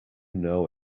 know